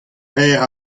reer